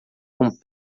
com